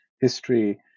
history